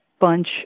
bunch